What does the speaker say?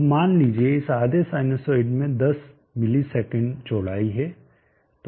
अब मान लीजिये इस आधे साइनसॉइड में 10 ms चौड़ाई है